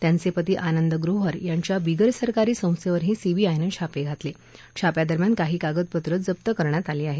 त्यांचे पती आनंद ग्रोव्हर यांच्या बिगरसरकारी संस्थेवरही सीबीआयनं छापे घातले छाप्यादरम्यान काही कागदपत्रं जप्त करण्यात आली आहेत